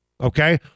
okay